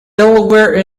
delaware